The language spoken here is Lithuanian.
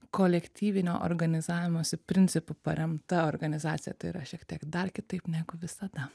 kolektyvinio organizavimosi principu paremta organizacija tai yra šiek tiek dar kitaip negu visada